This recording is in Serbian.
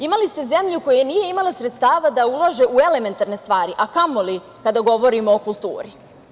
Imali ste zemlju koja nije imala sredstava da ulaže u elementarne stvari, a kamoli kada govorimo o kulturi.